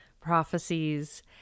prophecies